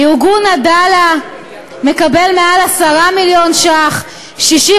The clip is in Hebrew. ארגון "עדאלה" מקבל מעל 10 מיליון שקלים,